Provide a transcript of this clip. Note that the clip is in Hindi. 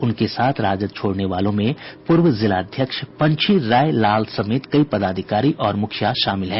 उनके साथ राजद छोड़ने वालों में पूर्व जिलाध्यक्ष पंछी राय लाल समेत कई पदाधिकारी और मुखिया शामिल हैं